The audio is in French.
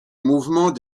mouvement